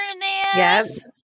Yes